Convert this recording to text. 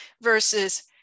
versus